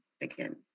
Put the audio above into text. again